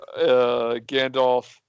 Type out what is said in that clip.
Gandalf